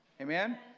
Amen